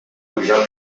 pujar